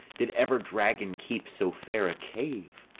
did ever dragon keep so fair a cave?